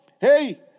Hey